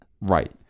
right